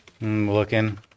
Looking